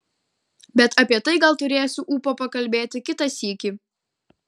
bet apie tai gal turėsiu ūpo pakalbėti kitą sykį